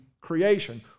creation